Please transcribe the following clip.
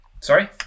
Sorry